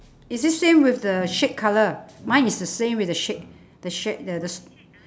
is it same with the shade colour mine is the same with the shade the shade the the